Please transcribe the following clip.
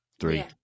Three